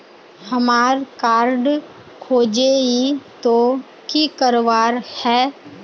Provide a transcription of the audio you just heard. हमार कार्ड खोजेई तो की करवार है?